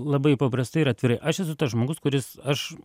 labai paprastai ir atvirai aš esu tas žmogus kuris aš